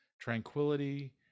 tranquility